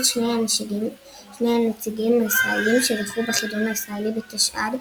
שני הנציגים הישראלים שזכו בחידון הארצי בתשע"ד,